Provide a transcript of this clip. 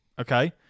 okay